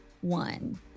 one